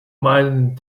meinen